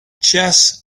chess